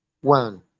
one